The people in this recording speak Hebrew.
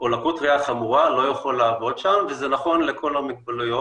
או לקות ראיה לא יכול לעבוד שם וזה נכון לכל המוגבלויות.